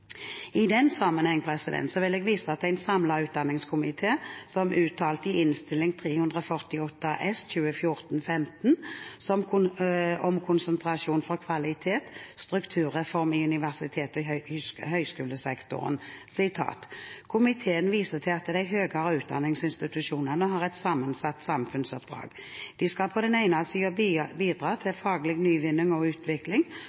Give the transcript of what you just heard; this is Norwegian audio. I den sammenheng vil jeg vise til hva en samlet utdanningskomité uttalte i Innst. 348 S for 2014–2015, om konsentrasjon for kvalitet – strukturreform i universitets- og høyskolesektoren: «Komiteen viser til at de høyere utdanningsinstitusjonene har et sammensatt samfunnsoppdrag. De skal på den ene siden bidra til faglig nyvinning og utvikling